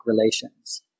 relations